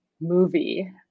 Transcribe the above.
movie